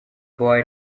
boy